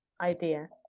idea